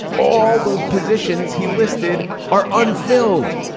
all those positions he listed are unfilled.